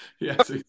Yes